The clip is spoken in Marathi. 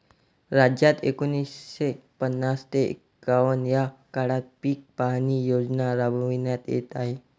राज्यात एकोणीसशे पन्नास ते एकवन्न या काळात पीक पाहणी योजना राबविण्यात येत आहे